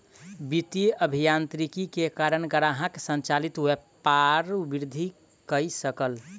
वित्तीय अभियांत्रिकी के कारण ग्राहक संचालित व्यापार वृद्धि कय सकल